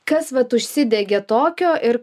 kas vat užsidegė tokio ir